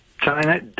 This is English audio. China